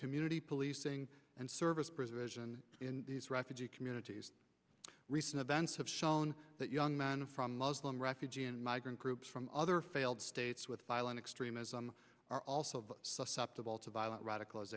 community policing and service provision in these refugee communities recent events have shown that young men from muslim refugee and migrant groups from other failed states with violent extremism are also of sept of all to violent radical